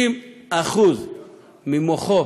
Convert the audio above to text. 90% ממוחו